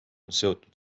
seotud